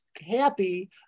happy